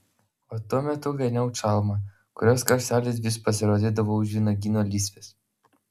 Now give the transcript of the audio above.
o tuo metu ganiau čalmą kurios kraštelis vis pasirodydavo už vynuogyno lysvės